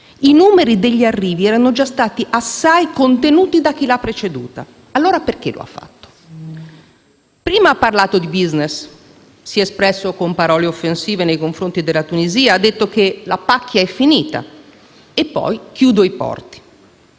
I numeri degli arrivi erano già stati assai contenuti da chi l'ha preceduta. Perché lo ha fatto, allora? Prima ha parlato di *business*, si è espresso con parole offensive nei confronti della Tunisia, dicendo che la pacchia è finita, e poi ha chiuso i porti.